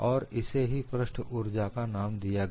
और इसे ही पृष्ठ ऊर्जा का नाम दिया गया